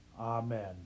Amen